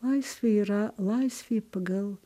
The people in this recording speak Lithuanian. laisvė yra laisvė pagal